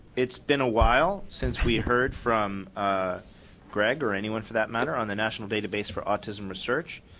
it's been a while since we heard from greg or anyone for that matter on the national database for autism research,